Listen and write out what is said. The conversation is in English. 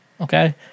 okay